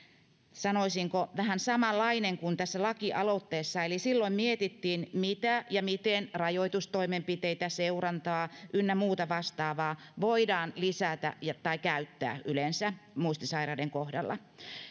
sanoisinko vähän samanlainen kuin tässä lakialoitteessa eli silloin mietittiin mitä ja miten rajoitustoimenpiteitä seurantaa ynnä muuta vastaavaa voidaan lisätä tai käyttää yleensä muistisairaiden kohdalla